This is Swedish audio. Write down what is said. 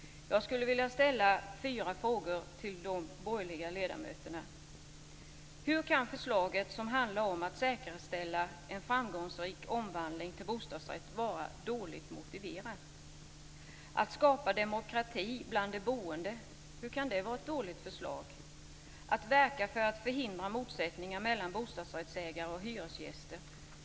Jag vill ställa fyra frågor till de borgerliga ledamöterna: Hur kan förslaget som handlar om att säkerställa en framgångsrik omvandling till bostadsrätt vara dåligt motiverat? Hur kan det vara ett dåligt förslag att skapa demokrati bland de boende? Hur kan det vara dåligt motiverat att verka för att förhindra motsättningar mellan bostadsrättsägare och hyresgäster?